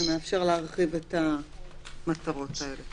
זה מאפשר להרחיב את המטרות האלה,